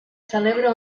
celebra